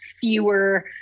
fewer